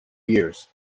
years